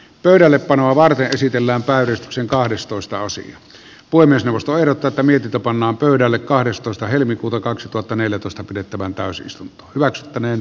pöydällepanoa varten esitellään päivystyksen kahdestoistaosan voi myös ostoerät tätä mietitä pannaan pöydälle kahdestoista helmikuuta kaksituhattaneljätoista pidettävään pääsystä maksettaneen